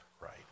right